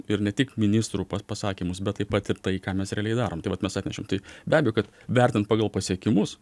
ir ne tik ministrų pasakymus bet taip pat ir tai ką mes realiai darom tai vat mes atnešėm tai be abejo kad vertint pagal pasiekimus